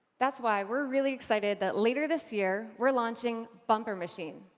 that's why we're really excited that later this year, we're launching bumper machine